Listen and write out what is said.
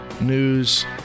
news